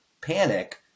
panic